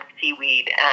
seaweed